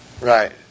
Right